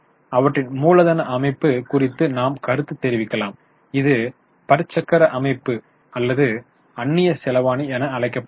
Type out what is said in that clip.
அவற்றின் மூலதன அமைப்பு குறித்து நாம் கருத்து தெரிவிக்கலாம் இது பற்சக்கர அமைப்பு அல்லது அந்நியச் செலாவணி என அழைக்கப்படுகிறது